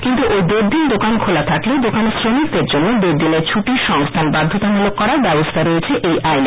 কিন্ত ঐ দেডদিন দোকান খোলা খাকলেও দোকানের শ্রমিকদের জন্য দেড়দিনের ছু টির সংস্থান বাধ্যতামূ লক করার ব্যবস্থা রয়েছে এই সংশোধিত আইনে